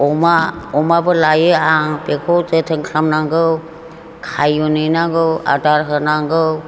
अमा अमाबो लायो आं बेखौ जोथोन खालाम नांगौ खायन हैनांगौ नांगौ आदार होनांगौ